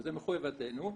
וזו מחובתנו,